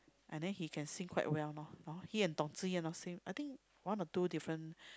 I think he can sing quite well loh he and Dong-Zi-Yan loh sing I think one or two different